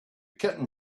kitten